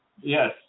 yes